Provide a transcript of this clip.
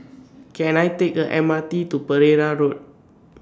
Can I Take A M R T to Pereira Road